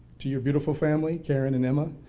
to your beautiful family, karen and emma,